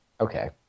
Okay